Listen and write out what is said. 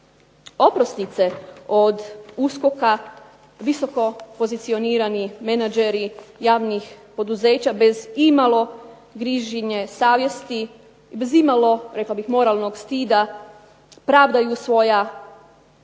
oprosnice od USKOK-a visoko pozicionirani menadžeri javnih poduzeća bez imalo grižnje savjesti, bez imalo rekla bih moralnog stida pravdaju svoja nedjela